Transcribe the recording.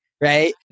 Right